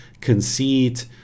conceit